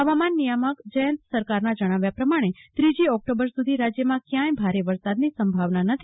ફવામાન નિયામક જયંત સરકાર નાં જણાવ્યા પ્રમાણે ત્રીજી ઓકટોબર સુધી રાજ્યમાં ક્યાંક ભારે વરસાદ ની સંભાવના નથી